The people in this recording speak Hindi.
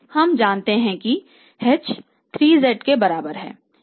हम जानते हैं कि h 3z के बराबर है